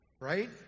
right